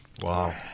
Wow